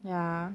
ya